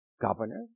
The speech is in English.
governor